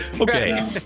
Okay